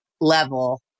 level